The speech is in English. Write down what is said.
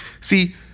See